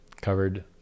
Covered